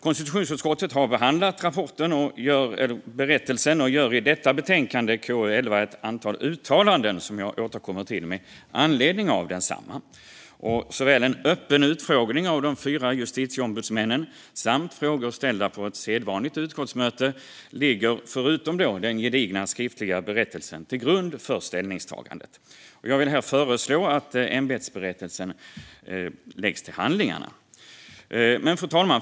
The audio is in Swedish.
Konstitutionsutskottet har behandlat berättelsen och gör i betänkande KU11 ett antal uttalanden, som jag återkommer till, med anledning av densamma. Såväl en öppen utfrågning av de fyra justitieombudsmännen som frågor ställda på ett sedvanligt utskottsmöte ligger, förutom den gedigna skriftliga berättelsen, till grund för ställningstagandet. Jag vill här föreslå att ämbetsberättelsen läggs till handlingarna. Fru talman!